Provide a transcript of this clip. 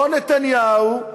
אותו נתניהו,